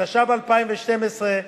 התשע"ב 2012,